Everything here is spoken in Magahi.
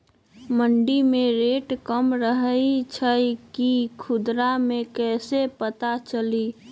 मंडी मे रेट कम रही छई कि खुदरा मे कैसे पता चली?